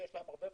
שיש להם הרבה,